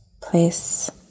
place